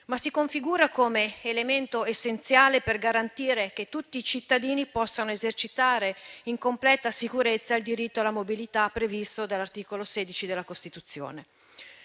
ma si configura come elemento essenziale per garantire che tutti i cittadini possano esercitare in completa sicurezza il "diritto alla mobilità", previsto dall'articolo 16 della Costituzione;